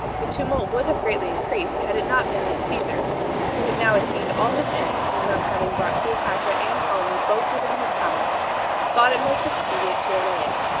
the tumult would have greatly increased, had it not been that caesar who had now attained all his ends in thus having brought cleopatra and ptolemy both within his power thought it most expedient to allay it.